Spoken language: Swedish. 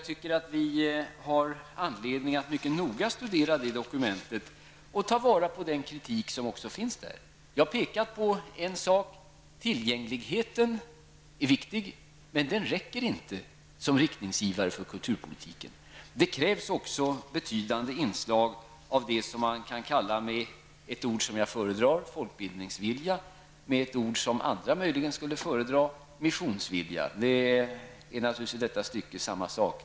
Det finns anledning att mycket noga studera detta dokument och ta vara på också den kritik som där kommer fram. Jag har pekat på att tillgängligheten är viktig, men den är inte tillräcklig som riktningsgivare för kulturpolitiken. Det krävs också betydande inslag av det som jag föredrar att kalla för folkbildningsvilja, eller som andra möjligen föredrar att kalla för missionsvilja. Det är naturligtvis samma sak i detta sammanhang.